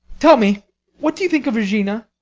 tell me what do you think of regina?